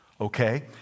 Okay